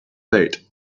late